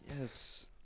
Yes